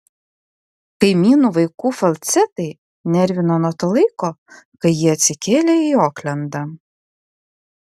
kaimynų vaikų falcetai nervino nuo to laiko kai jie atsikėlė į oklendą